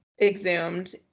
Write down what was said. exhumed